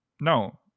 No